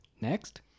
Next